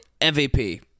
MVP